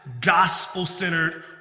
gospel-centered